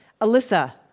Alyssa